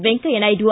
Venkaiah Naidu